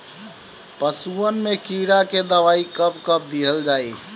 पशुअन मैं कीड़ा के दवाई कब कब दिहल जाई?